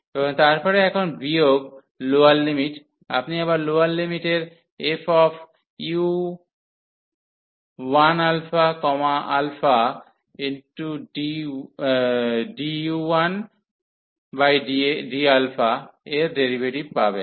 এবং তারপরে এখন বিয়োগ লোয়ার লিমিট আপনি আবার লোয়ার লিমিটের fu1ααdu1dα এর ডেরিভেটিভ পাবেন